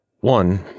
One